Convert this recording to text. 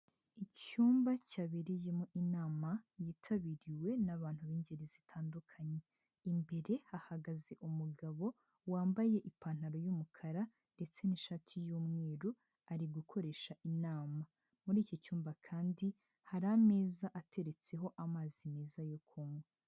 Icyumba cyabereyemo inama yitabiriwe n'abantu b'ingeri zitandukanye, imbere hahagaze umugabo wambaye ipantaro y'umukara ndetse n'ishati y'umweru ari gukoresha inama, muri iki cyumba kandi hari ameza ateretseho amazi meza yo kuywa.